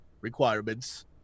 requirements